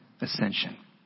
ascension